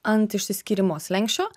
ant išsiskyrimo slenksčio